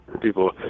people